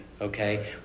okay